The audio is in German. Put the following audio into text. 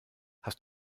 hast